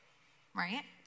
right